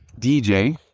DJ